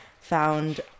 found